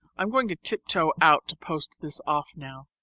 i'm going to tiptoe out to post this off now.